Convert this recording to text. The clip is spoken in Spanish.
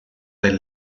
del